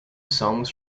songs